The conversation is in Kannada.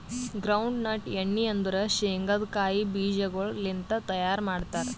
ಗ್ರೌಂಡ್ ನಟ್ ಎಣ್ಣಿ ಅಂದುರ್ ಶೇಂಗದ್ ಕಾಯಿ ಬೀಜಗೊಳ್ ಲಿಂತ್ ತೈಯಾರ್ ಮಾಡ್ತಾರ್